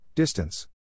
Distance